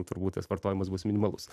turbūt tas vartojimas bus minimalus